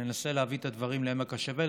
ננסה להביא את הדברים לעמק השווה.